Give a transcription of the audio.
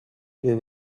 you